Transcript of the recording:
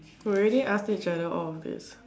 already ask each other all of these